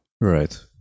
Right